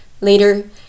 Later